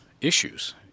issues